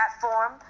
platform